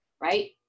right